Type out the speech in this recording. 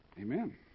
amen